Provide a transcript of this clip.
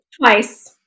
Twice